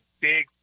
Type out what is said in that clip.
big